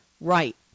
right